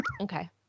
Okay